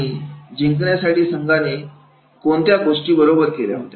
आणि जिंकलेल्या संघाने कोणत्या गोष्टींबरोबर केल्या